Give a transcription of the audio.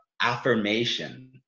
affirmation